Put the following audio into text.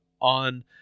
on